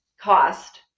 cost